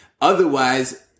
Otherwise